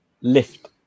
lift